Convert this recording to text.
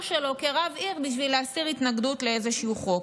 שלו כרב עיר בשביל להסיר התנגדות לאיזשהו חוק.